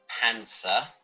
Panzer